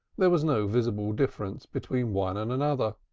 there was no visible difference between one and another.